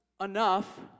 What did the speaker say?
Enough